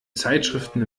zeitschriften